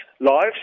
Lives